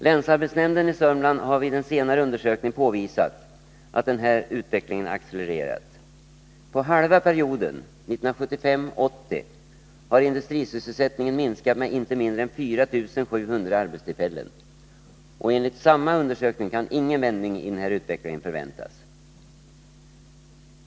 Länsarbetsnämnden i Södermanland har vid en senare undersökning påvisat att den här utvecklingén accelererat. På halva perioden, 1975-1980, har industrisysselsättningen minskat med inte mindre än 4 700 arbetstillfällen. Och enligt samma undersökning kan ingen vändning i den här utvecklingen förväntas.